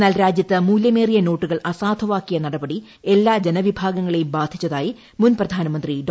എന്നാൽ രാജ്യത്ത് മൂല്യമേലിയ് നോട്ടുകൾ അസാധുവാക്കിയ നടപടി എല്ലാ ജനവിഭാഗങ്ങളെയും ബ്രാധിച്ചതായി മുൻ പ്രധാനമന്ത്രി ഡോ